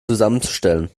zusammenzustellen